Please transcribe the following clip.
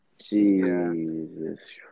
Jesus